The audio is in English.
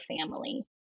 family